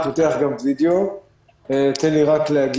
לא נפריע